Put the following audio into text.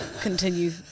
Continue